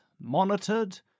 monitored